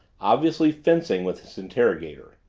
obviously fencing with his interrogator.